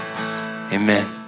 Amen